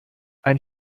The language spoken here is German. ein